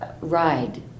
ride